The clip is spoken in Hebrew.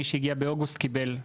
מי שהגיע באוגוסט קיבל.